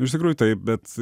iš tikrųjų taip bet